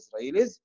Israelis